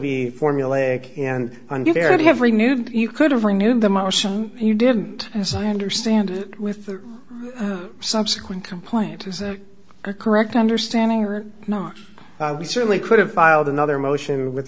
be formulaic and under very have renewed you could have renewed the motion and you didn't as i understand with the subsequent complaint is a correct understanding or not we certainly could have filed another motion with